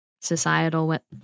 societal